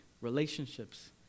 Relationships